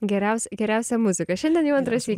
geriaus geriausia muzika šiandien jau antrąsyk